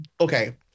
okay